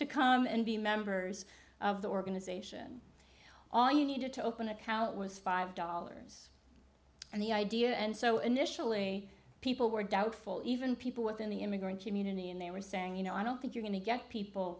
to come and be members of the organization all you needed to open an account was five dollars and the idea and so initially people were doubtful even people within the immigrant community and they were saying you know i don't think you're going to get people